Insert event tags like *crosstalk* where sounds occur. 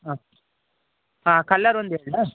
ಹಾಂ ಹಾಂ ಕಲರ್ ಒಂದು *unintelligible*